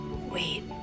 wait